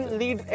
lead